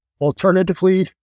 Alternatively